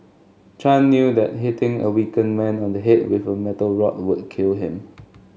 Chan knew that hitting a weakened man on the head with a metal rod would kill him